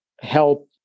help